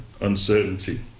uncertainty